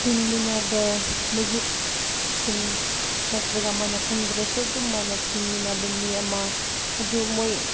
ꯇꯤꯟꯃꯤꯟꯅꯕ ꯃꯔꯨꯞ ꯁꯤꯡ ꯅꯠꯇ꯭ꯔꯒ ꯃꯥꯅ ꯈꯪꯗ꯭ꯔꯁꯨ ꯑꯗꯨꯝ ꯃꯥꯅ ꯇꯤꯟꯃꯤꯟꯅꯕ ꯃꯤ ꯑꯃ ꯑꯗꯨ ꯃꯣꯏ